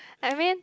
I mean